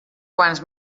quants